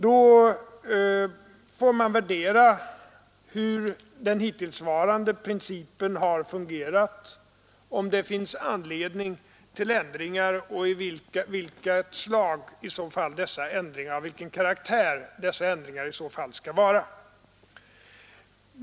Då får vi värdera hur den hittillsvarande principen har fungerat och se huruvida det finns anledning till ändringar och i så fall av vilken karaktär de ändringarna skall vara.